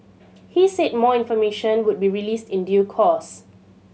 he said more information would be released in due course